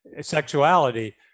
sexuality